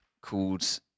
called